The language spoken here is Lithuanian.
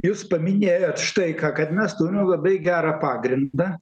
jūs paminėjot štai ką kad mes turim labai gerą pagrindą